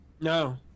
no